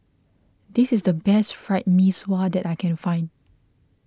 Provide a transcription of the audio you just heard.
this is the best Fried Mee Sua that I can find